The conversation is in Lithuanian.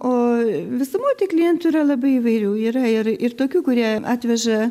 o visumoj tai klientų yra labai įvairių yra ir ir tokių kurie atveža